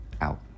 out